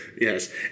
yes